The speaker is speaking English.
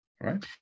right